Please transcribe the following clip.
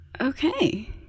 Okay